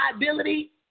liability